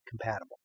compatible